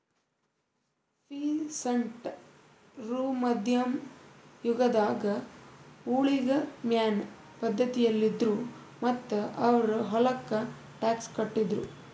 peasant ರು ಮಧ್ಯಮ್ ಯುಗದಾಗ್ ಊಳಿಗಮಾನ್ಯ ಪಧ್ಧತಿಯಲ್ಲಿದ್ರು ಮತ್ತ್ ಅವ್ರ್ ಹೊಲಕ್ಕ ಟ್ಯಾಕ್ಸ್ ಕಟ್ಟಿದ್ರು